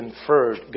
inferred